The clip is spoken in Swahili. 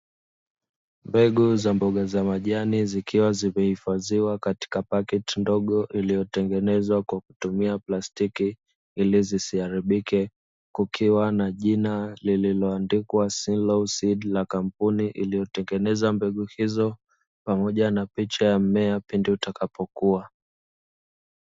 Mbegu za mboga za majani, zikiwa zimehifadhiwa katika pakiti ndogo, iliyotengenezwa kwa kutumia plastik ili zisiharibike, kukiwa na jina lililoandikwa "Sim law Seeds", la kampuni iliyotengeneza mbegu hizo, pamoja na picha ya mmea pindi utakapokua.